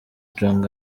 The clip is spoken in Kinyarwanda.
jong